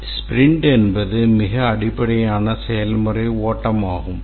sprint என்பது மிக அடிப்படையான செயல்முறை ஓட்டமாகும்